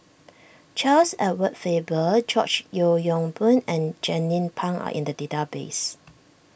Charles Edward Faber George Yeo Yong Boon and Jernnine Pang are in the database